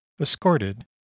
escorted